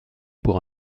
pour